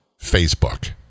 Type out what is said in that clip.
Facebook